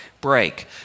break